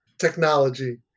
technology